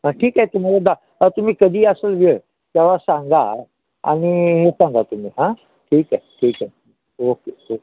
हां ठीक आहे तुम्हाला दा हा तुम्ही कधी असेल वेळ तेव्हा सांगा आणि हे सांगा तुम्ही हां ठीक आहे ठीक आहे ओके ओके